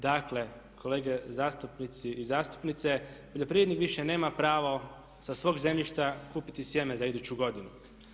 Dakle, kolege zastupnici i zastupnice poljoprivrednik više nema pravo sa svog zemljišta kupiti sjeme za iduću godinu.